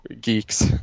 geeks